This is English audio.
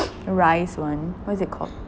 rice [one] what is it called